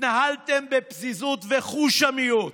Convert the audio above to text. התנהלתם בפזיזות וחושמיות,